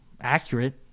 accurate